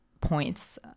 points